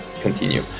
continue